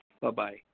Bye-bye